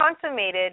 consummated